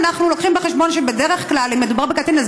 אנחנו לוקחים בחשבון שבדרך כלל אם מדובר בקטין אז